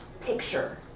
picture